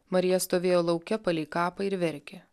marija stovėjo lauke palei kapą ir verkė